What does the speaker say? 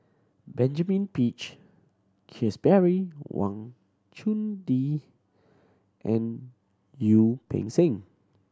Benjamin Peach Keasberry Wang Chunde and Peng Seng